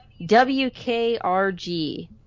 WKRG